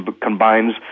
combines